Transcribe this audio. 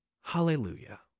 Hallelujah